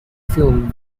film